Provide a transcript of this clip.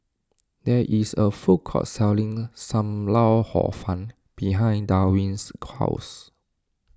there is a food court selling Sam Lau Hor Fun behind Darwin's house